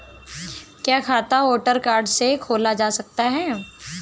क्या खाता voter card से खोला जा सकता है?